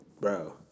Bro